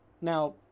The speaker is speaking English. Now